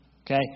Okay